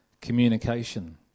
communication